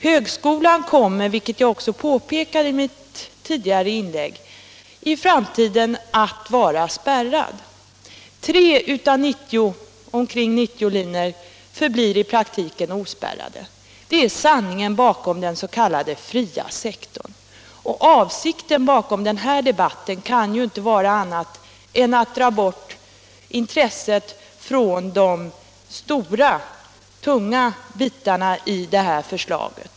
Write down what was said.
Högskolan kommer, vilket jag också påpekade i mitt tidigare inlägg, i framtiden att vara spärrad. Tre av omkring 90 linjer förblir i praktiken ospärrade. Det är sanningen bakom den s.k. fria sektorn. Avsikten med den debatten kan ju inte vara någon annan än att dra bort intresset från de stora och tunga bitarna i förslaget.